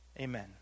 Amen